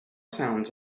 sounds